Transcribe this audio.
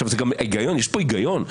יש פה היגיון.